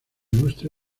ilustre